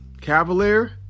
Cavalier